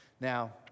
Now